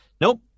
Nope